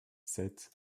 sept